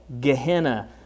Gehenna